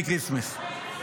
Merry Christmas.